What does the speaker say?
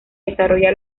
desarrolla